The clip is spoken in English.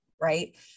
Right